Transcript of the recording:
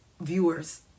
viewers